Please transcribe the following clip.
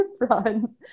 run